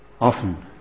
often